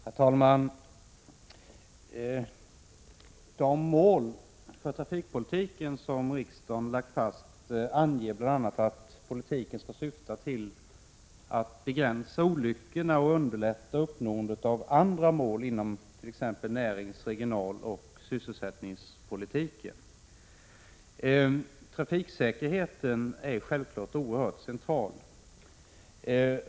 Herr talman! De mål för trafikpolitiken som riksdagen lagt fast anger bl.a. att politiken skall syfta till att begränsa olyckorna och underlätta uppnåendet av andra mål inom t.ex. närings-, regionaloch sysselsättningspolitiken. Trafiksäkerheten är självfallet oerhört central.